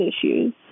issues